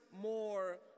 more